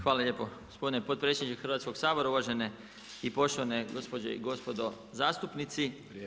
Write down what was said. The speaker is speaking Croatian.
Hvala lijepo gospodine potpredsjedniče Hrvatskog sabora, uvažene i poštovane gospođe i gospodo zastupnici.